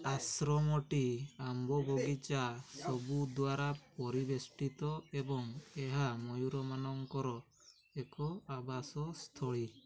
ଆଶ୍ରମଟି ଆମ୍ବ ବଗିଚା ସବୁ ଦ୍ୱାରା ପରିବେଷ୍ଟିତ ଏବଂ ଏହା ମୟୂରମାନଙ୍କର ଏକ ଆବାସସ୍ଥଳୀ